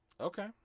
Okay